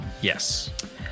Yes